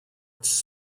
its